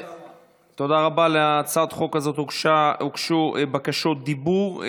להצעת החוק הזאת הוגשו בקשות דיבור,